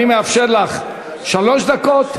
אני מאפשר לך שלוש דקות,